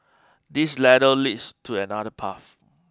this ladder leads to another path